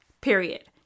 period